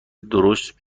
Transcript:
درشت